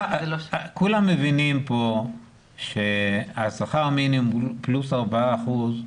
כולם מבינים ששכר המינימום פלוס ארבעה אחוזים,